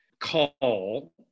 call